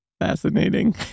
Fascinating